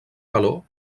calor